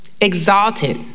Exalted